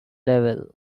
level